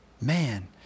man